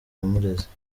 yamureze